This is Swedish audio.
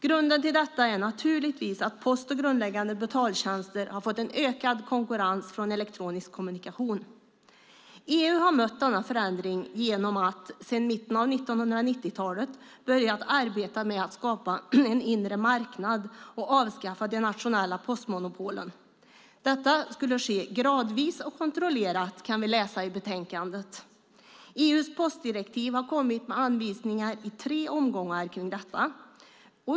Grunden till detta är naturligtvis att post och grundläggande betaltjänster har fått en ökad konkurrens från elektronisk kommunikation. EU har mött denna förändring genom att sedan mitten av 1990-talet börja arbetet med att skapa en inre marknad och avskaffa de nationella postmonopolen. Detta skulle ske "gradvis och kontrollerat" kan vi läsa i betänkandet. EU:s postdirektiv om detta har kommit med anvisningar i tre omgångar.